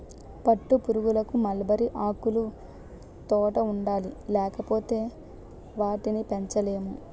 పట్టుపురుగులకు మల్బరీ ఆకులుతోట ఉండాలి లేపోతే ఆటిని పెంచలేము